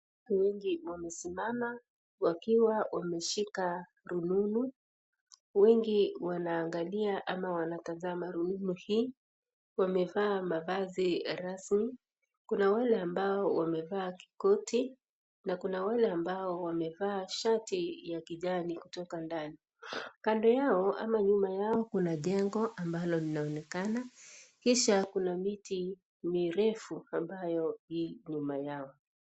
Wengi wamesimama wakiwa wmeshika rununu wemgi wanaangalia ama wanatazama rununu hii. Wamevaa mavazi rasmi kuna wale ambao wamevaaa koti na kuna wale wamevaa shati ya kijani kutoka ndani kando yao ama nyuma yao kuna jengo ambalo linaonekana kisha kunamiti mirefu ambayo i nyuma yao.